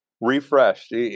refreshed